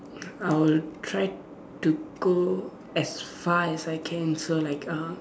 I will try to go as far as I can so like uh